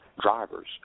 drivers